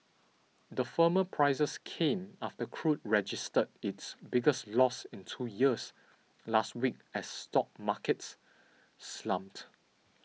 the firmer prices came after crude registered its biggest loss in two years last week as stock markets slumped